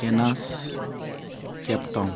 kansas Cape Town